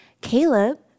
Caleb